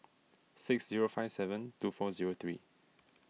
six zero five seven two four zero three